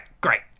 great